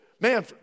Man